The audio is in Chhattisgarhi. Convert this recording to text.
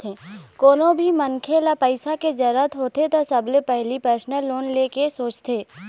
कोनो भी मनखे ल पइसा के जरूरत होथे त सबले पहिली परसनल लोन ले के सोचथे